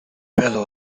bell